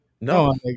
no